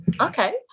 Okay